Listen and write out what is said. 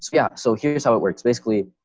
yeah, so here's how it works. basically.